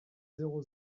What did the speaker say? zéro